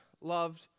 loved